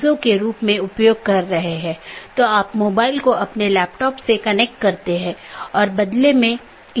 हम बताने की कोशिश कर रहे हैं कि राउटिंग प्रोटोकॉल की एक श्रेणी इंटीरियर गेटवे प्रोटोकॉल है